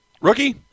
Rookie